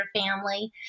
family